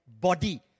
body